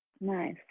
Nice